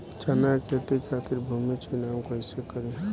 चना के खेती खातिर भूमी चुनाव कईसे करी?